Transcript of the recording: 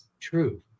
true